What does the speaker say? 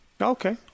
Okay